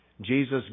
Jesus